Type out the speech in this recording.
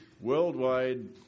worldwide